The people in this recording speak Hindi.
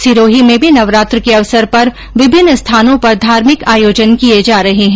सिरोही में भी नवरात्र के अवसर पर विभिन्न स्थानों पर धार्मिक आयोजन किये जा रहे हैं